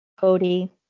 Cody